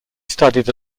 studied